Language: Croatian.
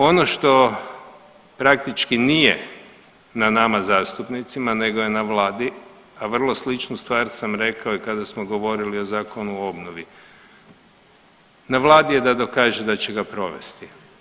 Ono što praktički nije na nama zastupnicima nego je na vladi, a vrlo sličnu stvar sam rekao i kada smo govorili o Zakonu o obnovi, na vladi je da dokaže da će ga provesti.